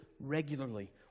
regularly